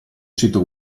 sito